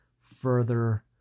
further